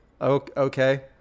Okay